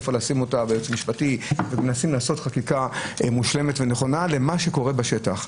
היכן לשים אותו ומנסים לעשות חקיקה מושלמת ונכונה לגבי מה שקורה בשטח.